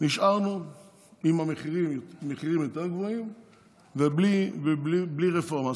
נשארנו עם מחירים יותר גבוהים ובלי רפורמה.